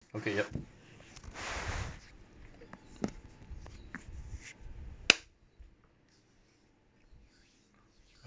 okay yup